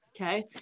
Okay